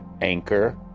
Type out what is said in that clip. anchor